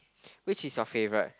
which is your favourite